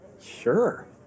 Sure